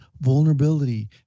vulnerability